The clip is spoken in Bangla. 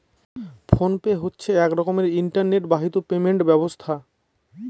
ফোন পে হচ্ছে এক রকমের ইন্টারনেট বাহিত পেমেন্ট ব্যবস্থা